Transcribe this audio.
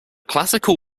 classical